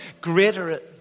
greater